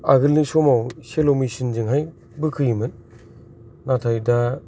आगोलनि समाव सेल' मिसिनजों हाय बोखोयोमोन नाथाय दा